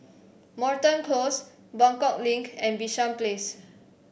Moreton Close Buangkok Link and Bishan Place